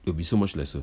it will be so much lesser